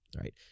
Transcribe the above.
right